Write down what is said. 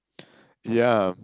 ya